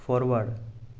forward